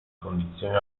condizioni